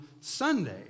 Sunday